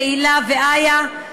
תהילה ואיה.